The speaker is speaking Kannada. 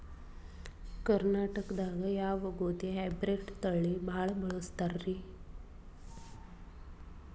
ಕರ್ನಾಟಕದಾಗ ಯಾವ ಗೋಧಿ ಹೈಬ್ರಿಡ್ ತಳಿ ಭಾಳ ಬಳಸ್ತಾರ ರೇ?